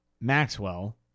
maxwell